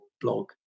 blog